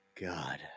god